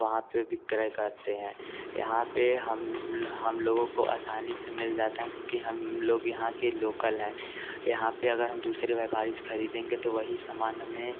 वहाँ पर विक्रय करते हैं यहाँ पर हम हम लोगों को असानी से मिल जाता है क्योंकि हम लोग यहाँ के लोकल हैं यहाँ पर अगर हम दूसरे व्यापारी से ख़रीदेंगे तो वही समान हमें